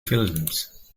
films